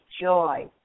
joy